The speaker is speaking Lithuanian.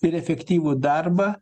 ir efektyvų darbą